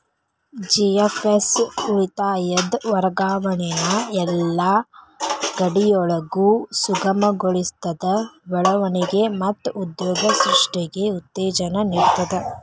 GFS ಉಳಿತಾಯದ್ ವರ್ಗಾವಣಿನ ಯೆಲ್ಲಾ ಗಡಿಯೊಳಗು ಸುಗಮಗೊಳಿಸ್ತದ, ಬೆಳವಣಿಗೆ ಮತ್ತ ಉದ್ಯೋಗ ಸೃಷ್ಟಿಗೆ ಉತ್ತೇಜನ ನೇಡ್ತದ